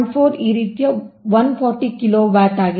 4 ಈ ರೀತಿಯ 140 ಕಿಲೋವ್ಯಾಟ್ ಆಗಿದೆ